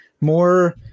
more